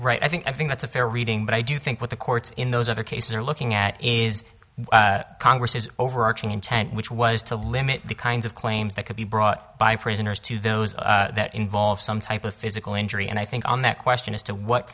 right i think i think that's a fair reading but i do think what the courts in those other cases are looking at is congress's overarching intent which was to limit the kinds of claims that could be brought by prisoners to those that involve some type of physical injury and i think on that question as to what